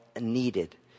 needed